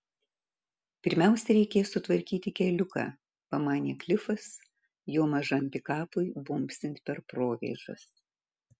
pirmiausia reikės sutvarkyti keliuką pamanė klifas jo mažam pikapui bumbsint per provėžas